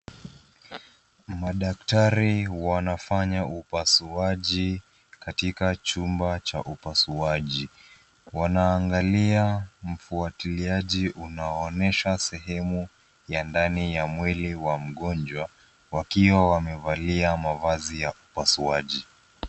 Madaktari wanafanya upasuaji katika chumba cha upasuaji. Wanaangalia mfwatiliaji unaoonyesha sehemu ya ndani ya mwili wa mgonjwa wakiwa wamevalia mavazi ya upasuaji.